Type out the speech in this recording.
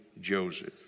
Joseph